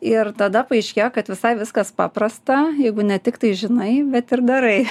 ir tada paaiškėjo kad visai viskas paprasta jeigu ne tik tai žinai bet ir darai